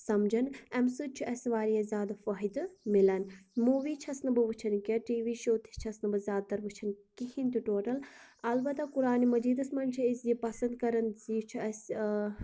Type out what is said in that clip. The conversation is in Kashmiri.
سمجان امہ سۭتۍ چھُ اسی واریاہ زیادٕ فٲہدٕ ملان مووی چھَس نہٕ بہٕ وٕچھان کینٛہہ ٹی وی شو تہِ چھَس نہٕ بہٕ زیاد تر وٕچھان کِہیٖنۍ تہِ ٹوٹل البتہ قُرانِ مجیٖدَس مَنٛز چھ أسۍ یہِ پَسَنٛد کران زِ یہِ چھ اَسہِ